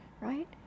right